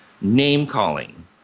name-calling